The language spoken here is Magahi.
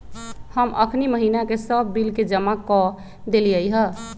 हम अखनी महिना के सभ बिल के जमा कऽ देलियइ ह